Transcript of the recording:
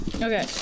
okay